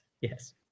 Yes